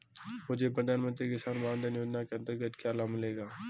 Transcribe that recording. मुझे प्रधानमंत्री किसान मान धन योजना के अंतर्गत क्या लाभ मिलेगा?